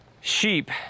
sheep